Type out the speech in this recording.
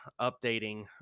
Updating